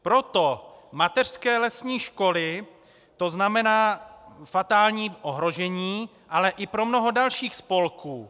Pro mateřské lesní školy to znamená fatální ohrožení, ale i pro mnoho dalších spolků.